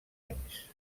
anys